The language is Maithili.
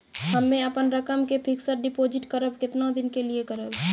हम्मे अपन रकम के फिक्स्ड डिपोजिट करबऽ केतना दिन के लिए करबऽ?